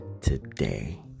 today